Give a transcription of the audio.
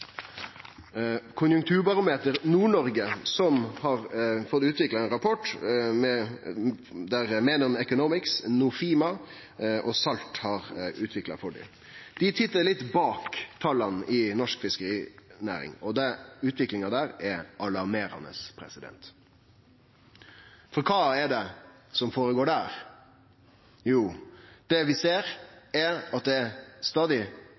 Konjunkturbarometer for Nord-Noreg. Dei har ein rapport som Menon Economics, Nofima og Salt har utvikla for dei. Dei tittar litt bak tala i norsk fiskerinæring, og utviklinga der er alarmerande. For kva er det som går føre seg der? Jo, vi ser at ein stadig